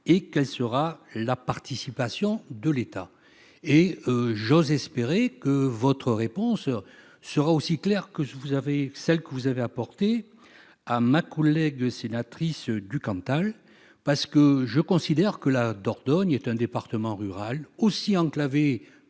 ? Quelle sera la participation de l'État ? J'ose espérer que votre réponse sera aussi claire que celle que vous avez apportée à ma collègue sénatrice du Cantal, car je considère que la Dordogne est un département rural aussi enclavé